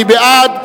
מי בעד?